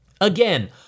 Again